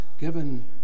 given